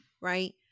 right